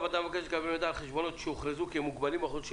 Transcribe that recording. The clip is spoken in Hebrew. הוועדה מבקשת לקבל מידע על חשבונות שהוכרזו כמוגבלים בחודשים